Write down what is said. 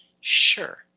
sure